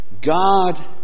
God